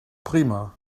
prima